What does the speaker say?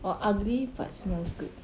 or ugly but smells good